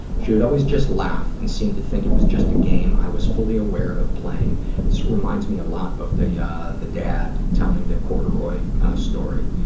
she would always just laugh and seem to think it was just a game i was fully aware of playing. this so reminds me a lot of the yeah the dad telling the corduroy story.